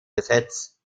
gesetz